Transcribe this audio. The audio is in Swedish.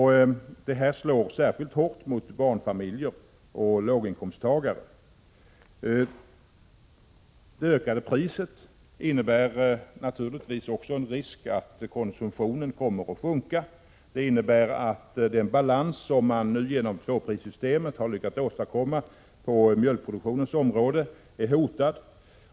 Detta slår därför särskilt hårt mot barnfamiljer och låginkomsttagare. Det ökade priset innebär naturligtvis också en risk att konsumtionen kommer att sjunka. Det innebär att den balans som man nu genom tvåprissystemet har lyckats åstadkomma på mjölkproduktionens område är hotad.